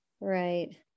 right